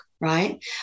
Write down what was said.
right